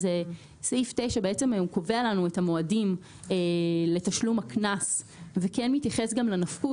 סעיף 9 קובע לנו את המועדים לתשלום הקנס וכן מתייחס גם לנפקות